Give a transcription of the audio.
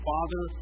Father